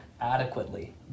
adequately